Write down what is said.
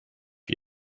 yet